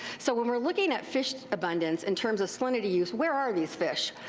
so when weire looking at fish abundance in terms of salinity use, where are these fish?